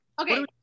Okay